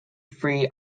free